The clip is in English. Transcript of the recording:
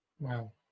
Wow